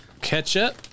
ketchup